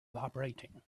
vibrating